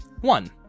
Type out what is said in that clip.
One